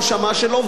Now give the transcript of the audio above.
של עובדים,